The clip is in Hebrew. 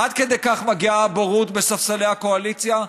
עד כדי כך מגיעה הבורות בספסלי הקואליציה?